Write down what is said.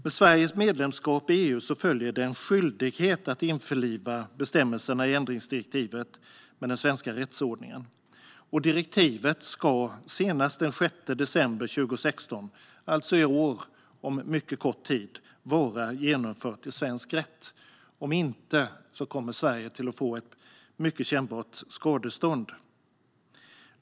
Med Sveriges medlemskap i EU följer en skyldighet att införliva bestämmelserna i ändringsdirektivet med den svenska rättsordningen. Direktivet ska senast den 6 december 2016 - alltså i år, om mycket kort tid - vara genomfört i svensk rätt. Annars kommer Sverige att få betala ett mycket kännbart skadestånd.